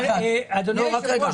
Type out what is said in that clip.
אדוני היושב ראש,